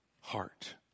heart